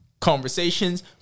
Conversations